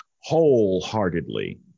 wholeheartedly